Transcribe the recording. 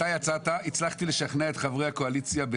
אתה יצאת, הצלחתי לשכנע את חברי הקואליציה.